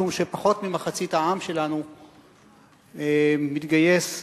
משום שפחות מחצי העם שלנו מתגייס לצבא,